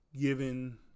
given